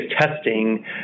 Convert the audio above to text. testing